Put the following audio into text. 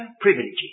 privileges